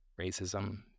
racism